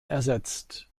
ersetzt